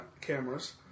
cameras